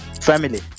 family